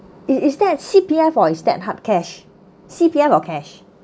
i~ is that a C_P_F or is that hard cash C_P_F or cash